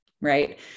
Right